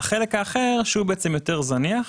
חלק אחר הוא יותר זניח.